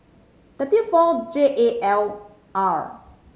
W four J A L R